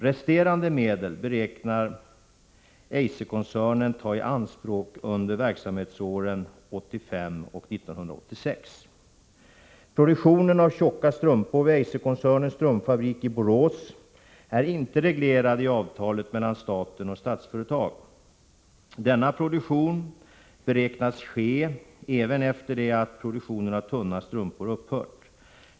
Resterande medel beräknar Eiserkoncernen ta i anspråk under verksamhetsåren 1985 och 1986. Produktionen av tjocka strumpor vid Eiserkoncernens strumpfabrik i Borås är inte reglerad i avtalet mellan staten och Statsföretag. Denna produktion beräknas ske även efter det att produktionen av tunna strumpor upphört.